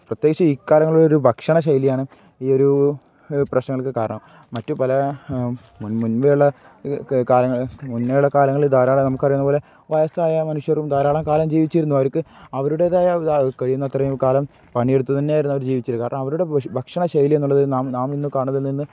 പ്രത്യേകിച്ച് ഈ കാലങ്ങളിൽ ഒരു ഭക്ഷണ ശൈലിയാണ് ഈ ഒരു പ്രശ്നങ്ങൾക്ക് കാരണം മറ്റു പല മുൻ മുൻപെയുള്ള കാലങ്ങൾ മുന്നുള്ള കാലങ്ങളിൽ ധാരാളം നമുക്ക് അറിയുന്ന പോലെ വയസ്സായ മനുഷ്യരും ധാരാളം കാലം ജീവിച്ചിരുന്നു അവർക്ക് അവരുടേതായ കഴിയുന്ന അത്രയും കാലം പണിയെടുത്തു തന്നെയായിരുന്നു അവർ ജീവിച്ചിരുന്നു കാരണം അവരുടെ ഭക്ഷണ ശൈലി എന്നുള്ളത് നാം നാം ഇന്ന് കാണുന്നതിൽ നിന്ന്